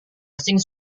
asing